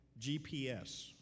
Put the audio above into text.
GPS